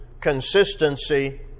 consistency